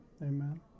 Amen